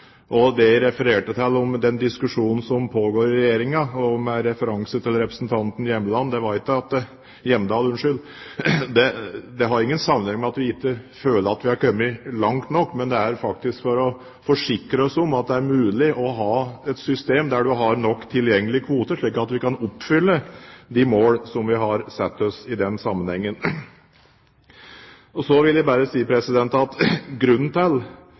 Det jeg refererte til om diskusjonen som pågår i Regjeringen, og med referanse til representanten Hjemdal, har ingen sammenheng med at vi ikke føler at vi har kommet langt nok. Det er faktisk for å forsikre oss om at det er mulig å ha et system der man har nok tilgjengelige kvoter, slik at vi kan oppfylle de mål som vi har satt oss i den sammenhengen. Så vil jeg bare si at grunnen til